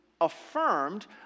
affirmed